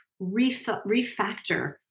refactor